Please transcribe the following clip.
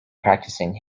practicing